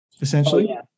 Essentially